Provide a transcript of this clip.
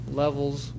levels